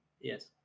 yes